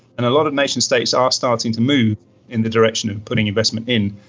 and a lot of nation-states are starting to move in the direction of putting investment in,